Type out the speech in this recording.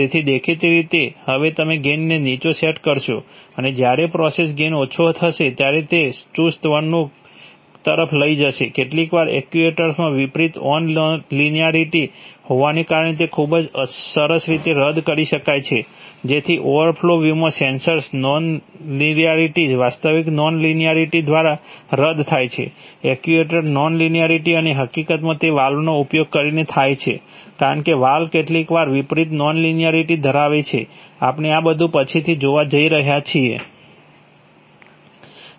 તેથી દેખીતી રીતે હવે તમે ગેઇનને નીચો સેટ કરશો અને જ્યારે પ્રોસેસ ગેઇન ઓછો થશે ત્યારે તે સુસ્ત વર્તણૂક તરફ લઇ જશે કેટલીકવાર એક્ચ્યુએટરમાં વિપરીત ઓન લિનિયારિટી હોવાને કારણે તેને ખૂબ જ સરસ રીતે રદ કરી શકાય છે જેથી ઓવરઓલ લૂપમાં સેન્સર નોન લિનિયારિટી વાસ્તવિક નોન લિનિયારિટી દ્વારા રદ થાય છે એક્ચ્યુએટર નોન લિનિયારિટી અને હકીકતમાં તે વાલ્વનો ઉપયોગ કરીને થાય છે કારણ કે વાલ્વ કેટલીક વાર વિપરીત નોન લિનિયારિટી ધરાવે છે આપણે આ બધું પછીથી જોવા જઈએ છીએ